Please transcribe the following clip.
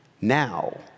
Now